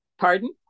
pardon